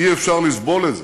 אי-אפשר לסבול את זה,